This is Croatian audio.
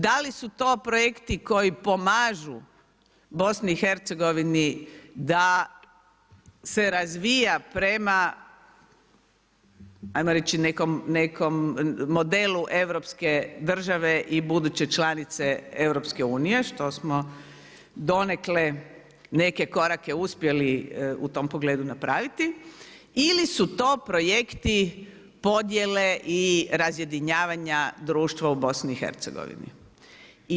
Da li su to projekti koji pomažu BiH-u da se razvija prema ajmo reći, nekom modelu europske države i buduće članice EU-a, što smo donekle neke korake uspjeli u tom pogledu napraviti ili su to projekti podjele i razjedinjavanja društva u BiH-u.